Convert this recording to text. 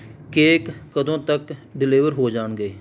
cake ਕਦੋਂ ਤੱਕ deliver ਹੋ ਜਾਣਗੇ